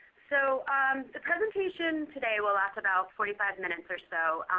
so the presentation today will last about forty five minutes or so.